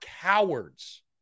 cowards